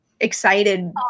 excited